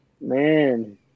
man